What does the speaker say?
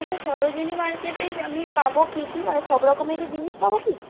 আচ্ছা সরোজিনী মার্কেটেই আমি পাবো কী কী মানে সব রকমেরই জিনিস পাবো কি